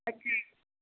ਅੱਛਾ ਜੀ